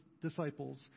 disciples